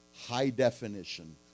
high-definition